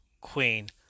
Queen